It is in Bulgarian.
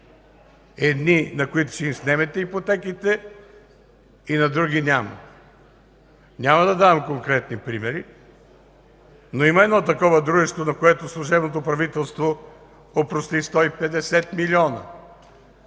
Едни, на които ще им снемете ипотеките, и на други няма. Няма да давам конкретни примери, но има едно такова дружество, на което служебното правителство опрости 150 милиона,